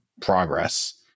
progress